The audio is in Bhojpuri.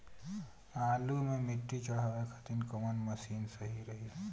आलू मे मिट्टी चढ़ावे खातिन कवन मशीन सही रही?